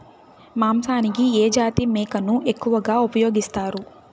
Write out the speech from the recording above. మాంసానికి ఏ జాతి మేకను ఎక్కువగా ఉపయోగిస్తారు?